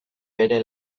bere